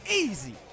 easy